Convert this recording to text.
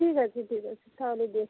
ঠিক আছে ঠিক আছে তাহলে দেখি